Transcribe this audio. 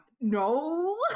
no